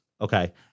Okay